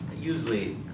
usually